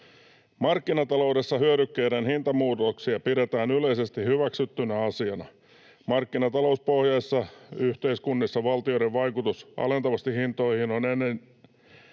Markkinataloudessa hyödykkeiden hintamuutoksia pidetään yleisesti hyväksyttynä asiana. Markkinatalouspohjaisissa yhteiskunnissa valtioiden vaikutus alentavasti hintoihin on enimmässä